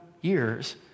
years